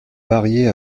mariée